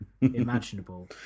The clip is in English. imaginable